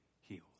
healed